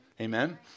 Amen